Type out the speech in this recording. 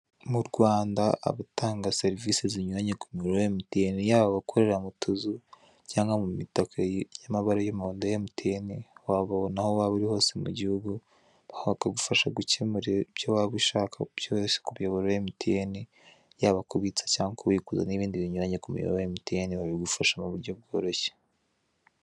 Mu Rwanda abatanga serivise zinyuranye ku muyoboro wa MTN, yaba abakorera mu tuzu cyangwa mu mitaka iyi y'amabara y'umuhondo ya MTN, wababona aho waba uri hose mu gihugu bakagufasha gukemura ibyo waba ushaka byose ku muyobora wa MTN, yaba kubitsa cyangwa kubikuza n'ibindi binyuranye ku muyoboro wa MTN babigufasha ku buryo bworoshye.